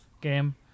game